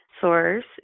source